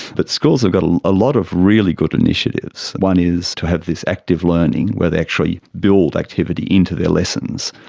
but schools have got ah a lot of really good initiatives. one is to have this active learning where they actually build activity into their lessons.